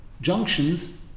junctions